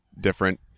different